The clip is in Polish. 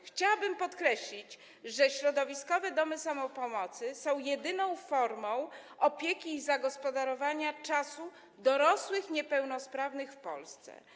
Chciałabym podkreślić, że środowiskowe domy samopomocy są jedyną formą opieki i zagospodarowania czasu dorosłych niepełnosprawnych w Polsce.